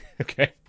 Okay